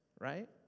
right